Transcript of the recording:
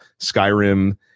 Skyrim